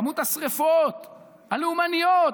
כמות השרפות הלאומניות,